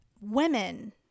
women